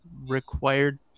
required